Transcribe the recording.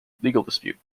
dispute